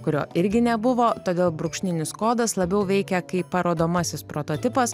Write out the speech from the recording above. kurio irgi nebuvo todėl brūkšninis kodas labiau veikė kaip parodomasis prototipas